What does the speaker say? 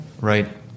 right